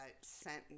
sent